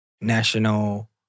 national